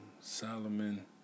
Solomon